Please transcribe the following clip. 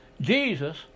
Jesus